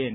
N